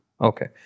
Okay